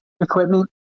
equipment